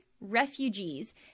refugees